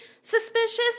suspicious